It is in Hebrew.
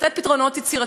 כמו מקווה נייד,